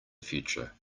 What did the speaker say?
future